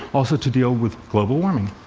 also to deal with global warming.